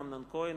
אמנון כהן,